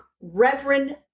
Reverend